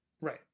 Right